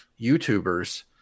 YouTubers